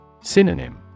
Synonym